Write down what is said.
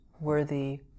worthy